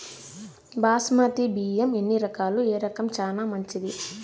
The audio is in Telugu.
బాస్మతి బియ్యం ఎన్ని రకాలు, ఏ రకం చానా మంచిది?